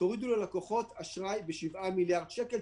תורידו ללקוחות אשראי ב-7 מיליארד שקל,